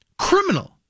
Criminal